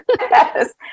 Yes